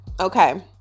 Okay